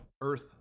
Earth